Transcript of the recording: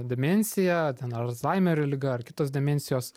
demencija ten ar alzheimerio liga ar kitos demencijos